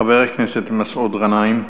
חבר הכנסת מסעוד גנאים.